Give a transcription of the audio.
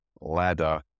ladder